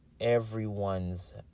Everyone's